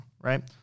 right